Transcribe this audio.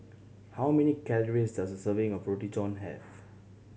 how many calories does a serving of Roti John have